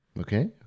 Okay